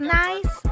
nice